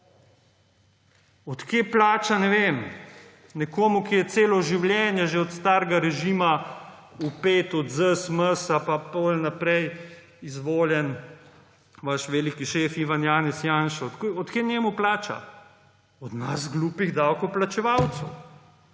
Od kod plača, ne vem, nekomu, ki je celo življenje, že od starega režima vpet, od ZSMS pa potem naprej izvoljen, vaš veliki šef Ivan Janez Janša, od kod njemu plača? Od nas, glupih davkoplačevalcev.